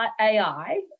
AI